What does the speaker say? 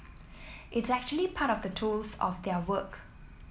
it's actually part of the tools of their work